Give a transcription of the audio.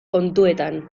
kontuetan